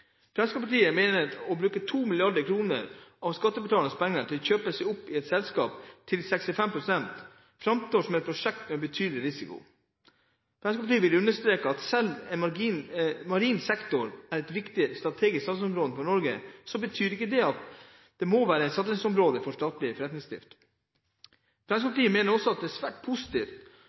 Fremskrittspartiet mener at å bruke 2 mrd. kr av skattebetalernes penger til å kjøpe seg opp i selskapet til 65 pst., framtrer som et prosjekt med en betydelig risiko. Fremskrittspartiet vil understreke at selv om marin sektor er et viktig strategisk satsingsområde for Norge, så betyr ikke det at det må være et satsingsområde for statlig forretningsdrift. Fremskrittspartiet mener også det er svært positivt